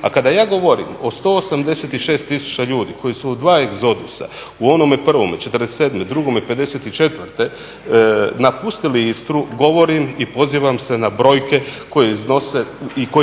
A kada ja govorim o 186 tisuća ljudi koji su u dva egzodusa u onome prvome '47., drugome '54.napustili Istru govorim i pozivam se na brojke koje